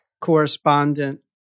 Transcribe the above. correspondent